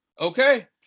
Okay